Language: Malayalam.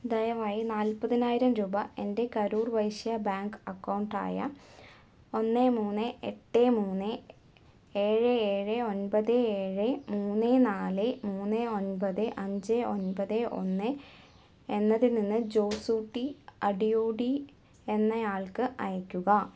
ദയവായി നാൽപ്പതിനായിരം രൂപ എൻ്റെ കരൂർ വൈശ്യാ ബാങ്ക് അക്കൗണ്ട് ആയ ഒന്ന് മൂന്ന് എട്ട് മൂന്ന് ഏഴ് ഏഴ് ഒൻപത് ഏഴ് മൂന്ന് നാല് മൂന്ന് ഒൻപത് അഞ്ച് ഒൻപത് ഒന്ന് എന്നതിൽ നിന്ന് ജോസൂട്ടി അടിയോടി എന്നയാൾക്ക് അയക്കുക